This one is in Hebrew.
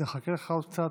נחכה לך עוד קצת,